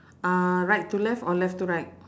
uh right to left or left to right